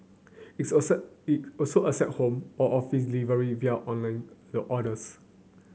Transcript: its also accept it also accept home or office delivery via online the orders